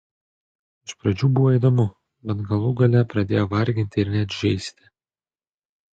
iš pradžių buvo įdomu bet galų gale pradėjo varginti ir net žeisti